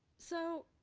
so.